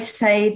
say